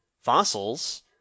fossils